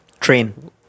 train